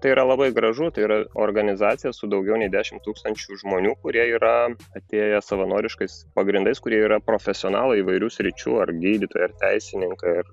tai yra labai gražu tai yra organizacija su daugiau nei dešimt tūkstančių žmonių kurie yra atėję savanoriškais pagrindais kurie yra profesionalai įvairių sričių ar gydytojai ar teisininkai ar